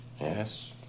Yes